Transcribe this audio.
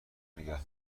نگه